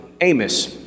Amos